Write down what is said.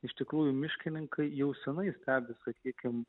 iš tikrųjų miškininkai jau seniai stebi sakykim